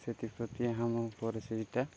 ସେଥିପ୍ରତି ଆମ ପରି ସେଇଟା